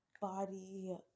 body